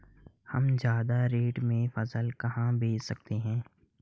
हम ज्यादा रेट में फसल कहाँ बेच सकते हैं?